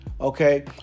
okay